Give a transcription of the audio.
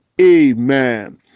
Amen